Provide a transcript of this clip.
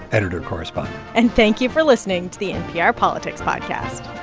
editor-correspondent and thank you for listening to the npr politics podcast